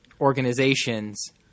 organizations